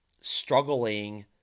struggling